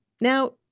Now